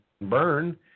burn